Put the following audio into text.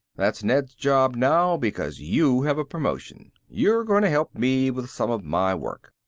that's ned's job now because you have a promotion. you are going to help me with some of my work.